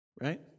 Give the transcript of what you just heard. Right